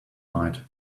night